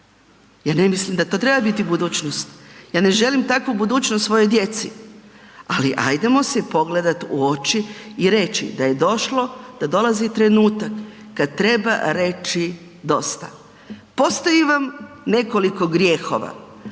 Ja ne mislim da to treba biti budućnost. Ja ne želim takvu budućnost svojoj djeci. Ali, hajdemo si pogledati u oči i reći da je došlo, da dolazi trenutak kad treba reći dosta. Postoji vam nekoliko grijehova,